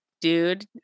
dude